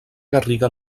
garriga